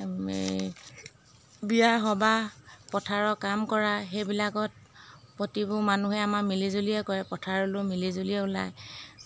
বিয়া সবাহ পথাৰৰ কাম কৰা সেইবিলাকত প্ৰতিবোৰ মানুহে আমাৰ মিলিজুলিয়েই কৰে পথাৰলৈ মিলিজুলিয়েই ওলায়